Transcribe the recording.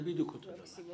זה בדיוק אותו דבר.